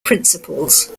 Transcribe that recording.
principles